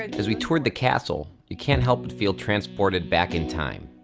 as we toured the castle you can't help but feel transported back in time,